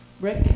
Rick